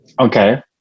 Okay